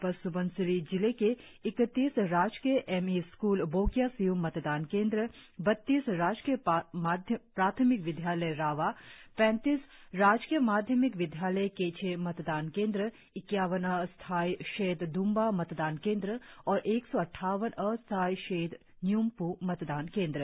अपर स्बनसिरी जिले के इकतीस राजकीय M E school Bogia Siyum मतदान केंद्र बत्तीस राजकीय प्राथमिक विद्यालय रावा पैंतीस राजकीय प्राथमिक विद्यालय केचे मतदान केंद्र इक्यावन अस्थायी शेड दुम्बा मतदान केंद्र और एक सौ अट्ठावन अस्थायी शेड न्य्म्प् मतदान केंद्र